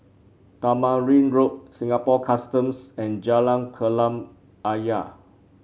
Tamarind Road Singapore Customs and Jalan Kolam Ayer